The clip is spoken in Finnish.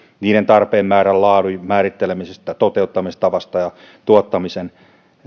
niiden tarpeen määrän ja laadun määrittelemisestä toteuttamistavasta ja tuottamisen